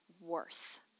worth